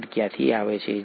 acid ક્યાંથી આવે છે